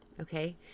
okay